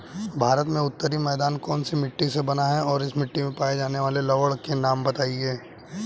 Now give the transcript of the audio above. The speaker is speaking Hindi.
भारत का उत्तरी मैदान कौनसी मिट्टी से बना है और इस मिट्टी में पाए जाने वाले लवण के नाम बताइए?